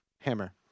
hammer